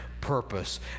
purpose